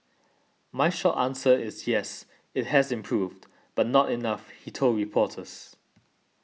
my short answer is yes it has improved but not enough he told reporters